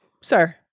sir